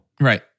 Right